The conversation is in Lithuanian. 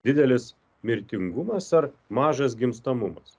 didelis mirtingumas ar mažas gimstamumas